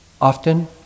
Often